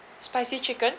spicy chicken